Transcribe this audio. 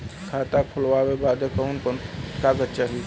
खाता खोलवावे बादे कवन कवन कागज चाही?